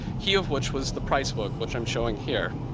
he of which was the prize book, which i'm showing here.